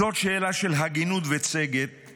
זאת שאלה של הגינות וצדק,